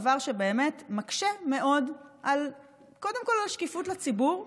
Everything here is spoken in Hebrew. דבר שמקשה מאוד קודם כול על השקיפות לציבור,